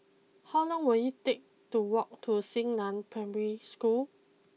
how long will it take to walk to Xingnan Primary School